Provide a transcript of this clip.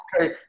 okay